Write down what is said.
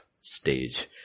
stage